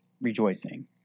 rejoicing